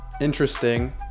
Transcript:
interesting